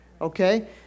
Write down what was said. okay